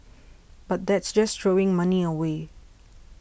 but that's just throwing money away